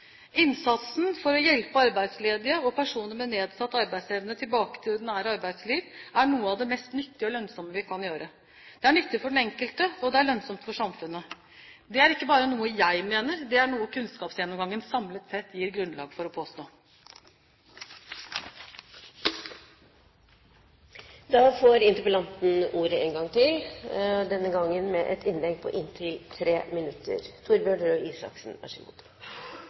Innsatsen for å hjelpe arbeidsledige og personer med nedsatt arbeidsevne tilbake til det ordinære arbeidsliv, er noe av det mest nyttige og lønnsomme vi kan gjøre. Det er nyttig for den enkelte, og det er lønnsomt for samfunnet. Det er ikke bare noe jeg mener, det er noe kunnskapsgjennomgangen samlet sett gir grunnlag for å påstå. Jeg vil takke statsråden for et godt svar, et